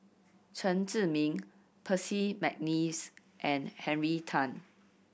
Chen Zhiming Percy McNeice and Henry Tan